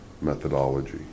methodology